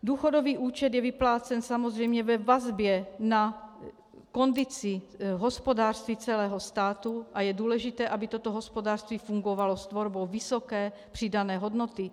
Důchodový účet je vyplácen samozřejmě ve vazbě na kondici hospodářství celého státu a je důležité, aby toto hospodářství fungovalo s tvorbou vysoké přidané hodnoty.